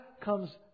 comes